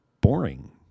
boring